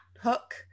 hook